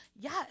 Yes